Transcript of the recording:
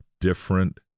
different